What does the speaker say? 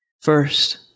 First